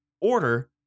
order